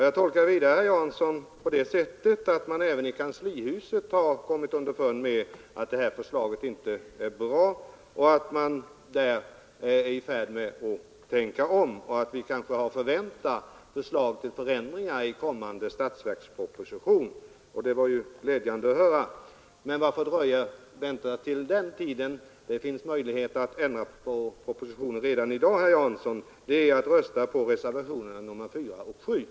Jag tolkar vidare herr Jansson på det sättet att man även i kanslihuset har kommit underfund med att detta förslag inte är bra och att man där är i färd med politiska åtgärder att tänka om, så att vi kanske har att förvänta förslag till förändringar i kommande statsverksproposition. Det var ju glädjande att höra detta. Men varför vänta? Det finns möjlighet att ändra på propositionen redan i dag, herr Jansson, nämligen genom att rösta på reservationerna 4 och 7.